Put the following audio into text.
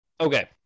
Okay